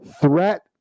threat